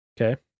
Okay